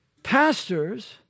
Pastors